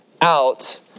out